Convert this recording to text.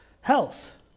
health